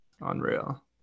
unreal